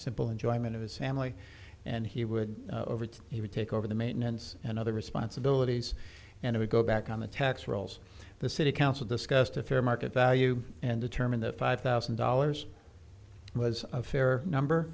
simple enjoyment of his family and he would he would take over the maintenance and other responsibilities and would go back on the tax rolls the city council discussed a fair market value and determine the five thousand dollars was a fair number